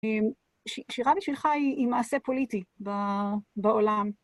שירה בשלך היא מעשה פוליטי בעולם.